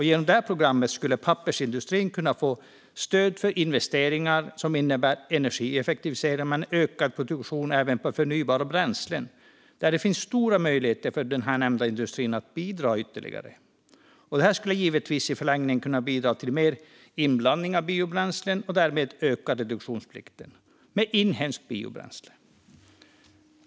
Genom programmet skulle pappersindustrin kunna få stöd för investeringar som innebär energieffektivisering och ökad produktion av förnybara bränslen, där det finns stora möjligheter för den nämnda industrin att bidra ytterligare. Detta skulle givetvis i förlängningen kunna bidra till större inblandning av biobränslen och därmed en ökning av reduktionsplikten med inhemskt biobränsle.